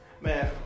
man